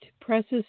presses